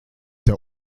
der